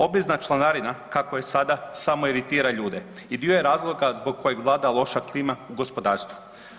Obvezna članarina kako je sada samo iritira ljude i dio je razloga zbog kojeg vlada loša klima u gospodarstvu.